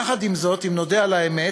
יחד עם זאת, אם נודה על האמת,